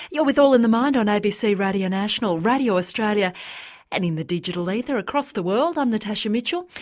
you're with all in the mind on abc radio national, radio australia and in the digital ether across the world i'm natasha mitchell.